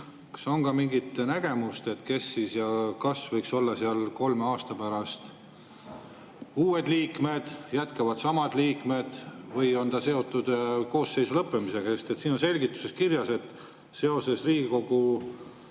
Kas on mingit nägemust, kes võiks olla kolme aasta pärast uued liikmed? Või jätkavad samad liikmed? Või on see seotud koosseisu lõppemisega? Siin on selgituses kirjas, et seoses Riigikogu